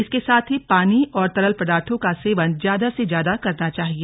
इसके साथ ही पानी और तरल पदार्थों का सेवन ज्यादा से ज्यादा करना चाहिए